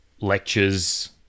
lectures